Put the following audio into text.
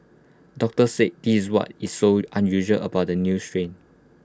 doctors said this is what is so unusual about the new strain